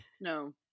No